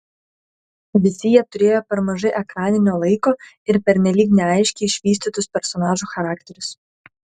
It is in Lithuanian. visi jie turėjo per mažai ekraninio laiko ir pernelyg neaiškiai išvystytus personažų charakterius